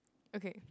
okay